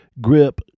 grip